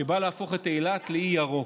ובא להפוך את אילת לאי ירוק,